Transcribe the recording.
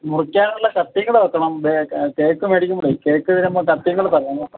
മുറിക്കാനുള്ള കത്തിയും കൂടെ വെക്കണം ബെ കേക്ക് മേടിക്കുമ്പോൾ കേക്ക് തരുമ്പോൾ കത്തിയും കൂടെ തരണം കേട്ടോ